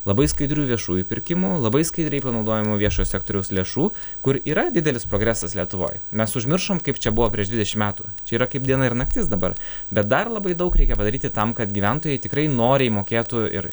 labai skaidrių viešųjų pirkimų labai skaidriai panaudojimo viešo sektoriaus lėšų kur yra didelis progresas lietuvoj mes užmiršom kaip čia buvo prieš dvidešim metų čia yra kaip diena ir naktis dabar bet dar labai daug reikia padaryti tam kad gyventojai tikrai noriai mokėtų ir